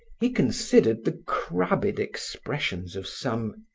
he considered the crabbed expressions of some,